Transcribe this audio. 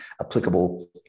applicable